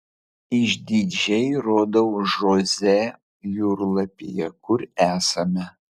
išdidžiai rodau žoze jūrlapyje kur esame